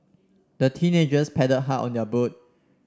the teenagers paddled hard on their boat